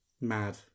mad